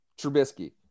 Trubisky